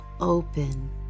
open